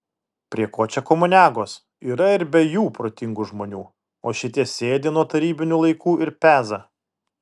prie ko čia komuniagos yra ir be jų protingų žmonių o šitie sėdi nuo tarybinių laikų ir peza